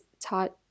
taught